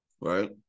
right